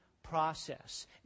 Process